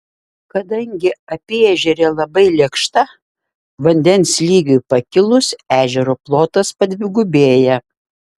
kadangi apyežerė labai lėkšta vandens lygiui pakilus ežero plotas padvigubėja